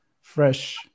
fresh